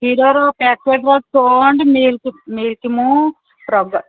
କ୍ଷୀରର ମିଲ୍କି ମୁ ପ୍ରଗ